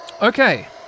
Okay